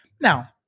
Now